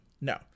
no